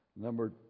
Number